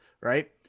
right